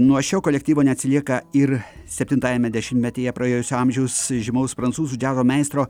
nuo šio kolektyvo neatsilieka ir septintajame dešimtmetyje praėjusio amžiaus žymaus prancūzų džiazo meistro